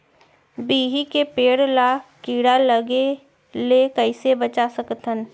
बिही के पेड़ ला कीड़ा लगे ले कइसे बचा सकथन?